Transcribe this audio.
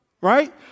right